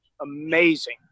Amazing